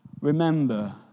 Remember